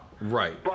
Right